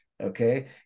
Okay